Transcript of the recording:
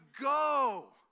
go